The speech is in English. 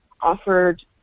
offered